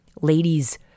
Ladies